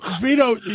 Vito